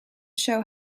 show